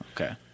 Okay